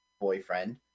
boyfriend